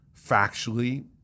factually